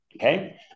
Okay